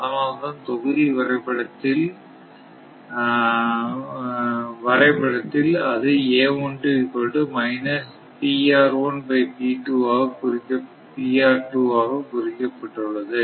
அதனால்தான் தொகுதி வரைபடத்தில் அது ஆக குறிக்கப்பட்டுள்ளது